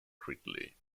gridley